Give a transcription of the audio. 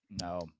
No